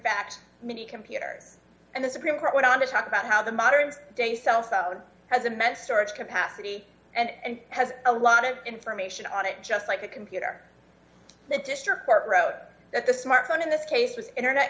fact many computers and the supreme court went on to talk about how the modern day cell phone has immense storage capacity and has a lot of information on it just like a computer the district court road at the smartphone in this case was internet